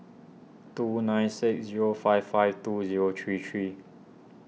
two nine six zero five five two zero three three